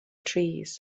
trees